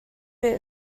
wit